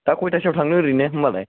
दा खयथासोआव थांनो ओरैनो होनबालाय